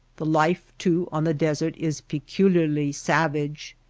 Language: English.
the life, too, on the desert is peculiarly savage.